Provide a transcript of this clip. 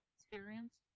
experience